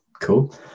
cool